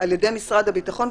על ידי משרד הביטחון,